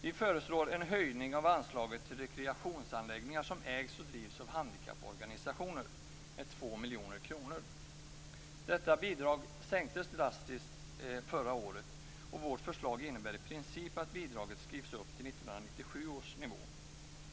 Vi föreslår en höjning av anslaget till rekreationsanläggningar som ägs och drivs av handikapporganisationer med 2 miljoner kronor. Detta bidrag sänktes drastiskt förra året, och vårt förslag innebär i princip att bidraget skrivs upp till 1997 års nivå.